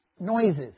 noises